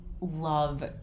love